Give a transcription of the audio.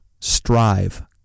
Strive